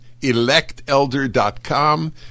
electelder.com